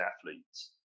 athletes